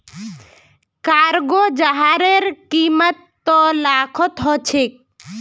cargo जहाजेर कीमत त लाखत ह छेक